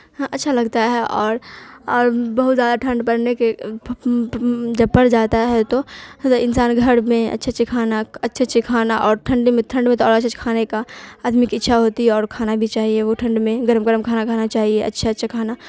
ہاں اچھا لگتا ہے اور اور بہت زیادہ ٹھنڈ پڑنے کے جب پڑ جاتا ہے تو انسان گھر میں اچھے اچھے کھانا اچھے اچھے کھانا اور ٹھنڈی میں تھنڈ میں تو اور اچھے اچھے کھانے کا آدمی کی اچھا ہوتی ہے اور کھانا بھی چاہیے وہ ٹھنڈ میں گرم گرم کھانا کھانا چاہیے اچھا اچھا کھانا